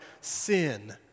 sin